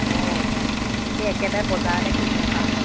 অঁ এই একেবাৰে বজাৰতে কিনি ল'বা